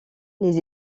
les